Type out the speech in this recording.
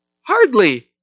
Hardly